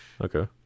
Okay